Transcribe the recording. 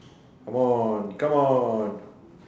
come on come on